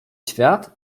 świat